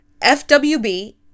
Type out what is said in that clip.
FWB